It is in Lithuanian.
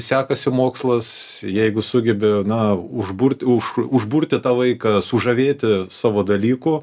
sekasi mokslas jeigu sugebi na užburti už užburti tą vaiką sužavėti savo dalyku